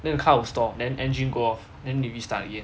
then you kind of stop then engine go off then you restart again